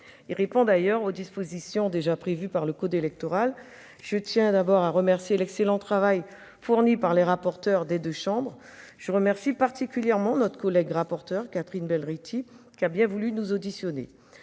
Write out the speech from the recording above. Il répond aux dispositions déjà prévues par le code électoral. Je tiens tout d'abord à saluer l'excellent travail fourni par les rapporteurs des deux chambres. Je remercie particulièrement notre collègue rapporteure, Catherine Belrhiti, qui a bien voulu nous auditionner.